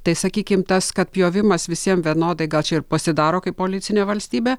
tai sakykim tas kad pjovimas visiem vienodai gal čia ir pasidaro kaip policinė valstybė